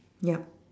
yup